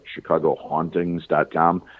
ChicagoHauntings.com